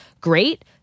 great